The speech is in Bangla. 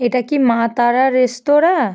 এটা কি মা তারা রেস্তোরাঁ